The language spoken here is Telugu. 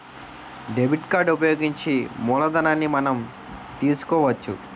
డెబిట్ కార్డు ఉపయోగించి మూలధనాన్ని మనం తీసుకోవచ్చు